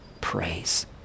praise